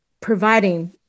providing